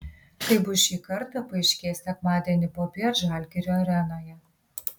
kaip bus šį kartą paaiškės sekmadienį popiet žalgirio arenoje